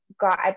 got